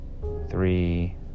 Three